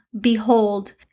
Behold